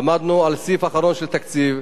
עמדנו על הסעיף האחרון של תקציב,